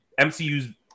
MCU's